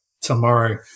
tomorrow